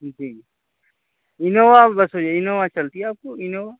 جی Innova ویسے Innova چلتی ہے آپ کو انووا